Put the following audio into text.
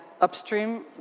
upstream